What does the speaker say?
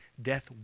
death